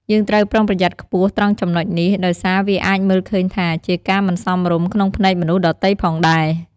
យើងត្រូវប្រុងប្រយ័ត្នខ្ពស់ត្រង់ចំណុចនេះ ដោយសារវាអាចមើលឃើញថាជាការមិនសមរម្យក្នុងភ្នែកមនុស្សដទៃផងដែរ។